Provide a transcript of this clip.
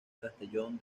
castellón